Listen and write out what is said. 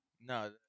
No